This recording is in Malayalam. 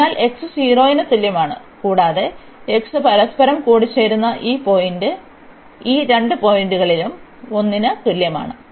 അതിനാൽ x 0 ന് തുല്യമാണ് കൂടാതെ x പരസ്പരം കൂടിച്ചേരുന്ന ഈ രണ്ട് പോയിന്റുകളിലും 1 ന് തുല്യമാണ്